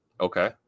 Okay